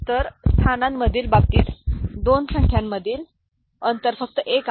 तर स्थानांमधील बाबतीत दोन संख्यांमधील अंतर फक्त 1 आहे